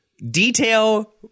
detail